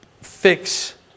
fix